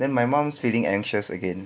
then my mum's feeling anxious again